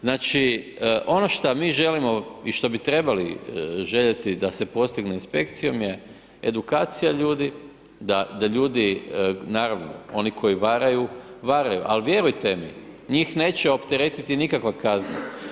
Znači, ono šta mi želimo i što bi trebali željeti da se postigne inspekcijom je edukacija ljudi, da ljudi, naravno oni koji varaju, varaju, ali vjerujte mi njih neće opteretiti nikakva kazna.